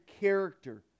character